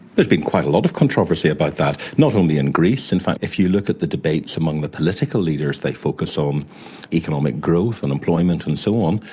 there's been quite a lot of controversy about that, not only in greece. in fact if you look at the debates among the political leaders, they focus on um economic growth and employment and so on,